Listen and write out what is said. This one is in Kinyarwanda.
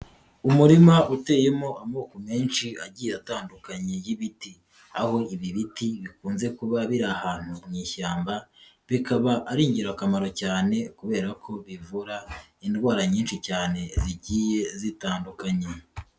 Umurima uteyemo amoko menshi, agiye atandukanye y'ibiti. Aho ibi biti bikunze kuba biri ahantu mu ishyamba, bikaba ari ingirakamaro cyane, kubera ko bivura indwara nyinshi cyane, zigiye zitandukanye.